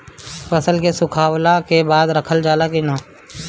फसल के सुखावला के बाद रखल जाला कि न?